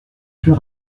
plus